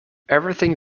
everything